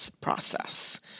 process